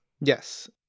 Yes